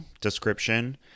description